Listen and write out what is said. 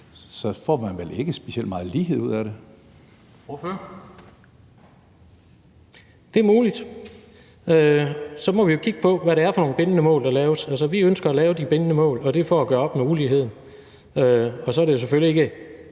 Ordføreren. Kl. 19:48 Jens Rohde (KD): Det er muligt. Så må vi jo kigge på, hvad det er for nogle bindende mål, der laves. Altså, vi ønsker at lave de bindende mål, og det er for at gøre op med uligheden, og så er det selvfølgelig ikke